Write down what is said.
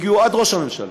הגיעו עד ראש הממשלה,